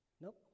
nope